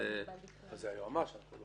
היועמ"ש יחליט.